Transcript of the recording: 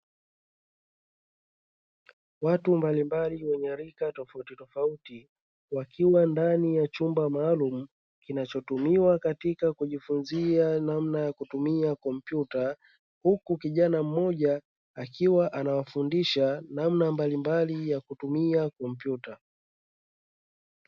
Watu mbalimbali wenye rika tofautitofauti wakiwa ndani ya chumba maalumu, kinachotumiwa katika kujifunzia namna ya kutumia kompyuta, huku kijana mmoja akiwa anawafundisha namna mbalimbali ya kutumia kompyuta.